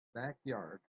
backyard